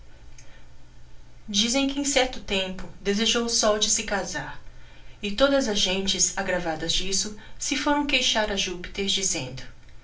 dizem que em certo tempo desejou o sol de se casar e todas as gentes agkravadas disso se forão queixar a júpiter dizendo